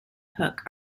hook